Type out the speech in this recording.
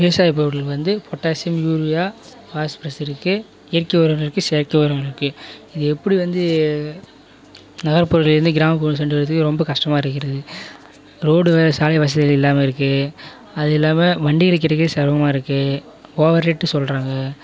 விவசாய பொருட்கள் வந்து பொட்டாஷியம் யூரியா பாஸ்பரஸ் இருக்குது இயற்கை உரங்கள் இருக்குது செயற்கை உரங்கள் இருக்குது இது எப்படி வந்து நகர்புறத்துலேருந்து கிராமப்புறம் சென்று வரதுக்கு ரொம்ப கஷ்டமாக இருக்கிறது ரோடு வேறு சாலை வசதிகள் இல்லாமல் இருக்குது அதுவும் இல்லாமல் வண்டி எடுக்கிறக்கு சிரமமா இருக்குது ஓவர் ரேட் சொல்கிறாங்க